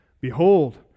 Behold